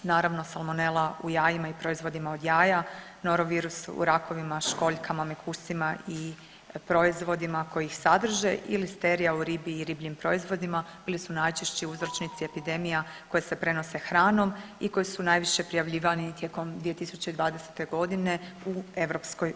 Naravno salmonela u jajima i proizvodima od jaja, norovirus u rakovima, školjkama, mekušcima i proizvodima koji ih sadrže ili sterija u ribi i ribljim proizvodima bili su najčešći uzročnici epidemija koje se prenose hranom i koji su najviše prijavljivani tijekom 2020. godine u EU.